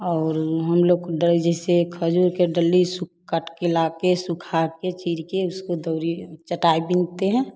और हम लोग जैसे खजूर के डली सुख काट के सुखा के चीर के उसको दरी चटाई बुनते हैं